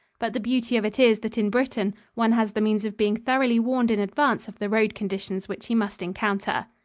but the beauty of it is that in britain one has the means of being thoroughly warned in advance of the road conditions which he must encounter.